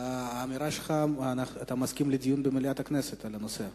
אתה מסכים לדיון במליאת הכנסת על הנושא?